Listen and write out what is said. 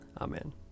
Amen